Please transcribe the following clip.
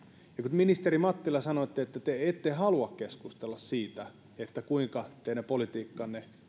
ministeri mattila sanoitte että te te ette halua keskustella siitä kuinka teidän politiikkanne